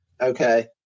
Okay